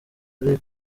ari